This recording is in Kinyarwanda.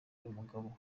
umugabo